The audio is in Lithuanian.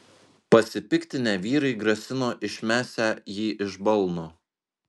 pasipiktinę vyrai grasino išmesią jį iš balno